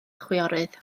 chwiorydd